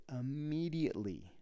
immediately